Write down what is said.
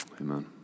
amen